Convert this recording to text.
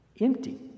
empty